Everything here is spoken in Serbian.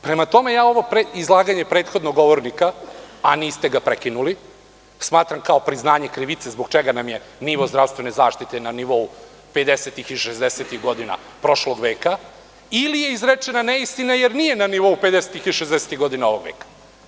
Prema tome, ovo izlaganje prethodnog govornika, a niste ga prekinuli, smatram kao priznanje krivice zbog čega nam je nivo zdravstvene zaštite na nivou pedesetih i šezdesetih godina prošlog veka, ili je izrečena neistina, jer nije na nivou pedesetih i šezdesetih godina prošlog veka.